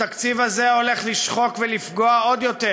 התקציב הזה הולך לשחוק ולפגוע עוד יותר